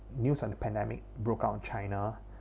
news on the pandemic broke out in china